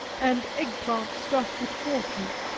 and egg-plant stuffed with forcemeat,